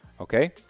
Okay